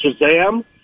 Shazam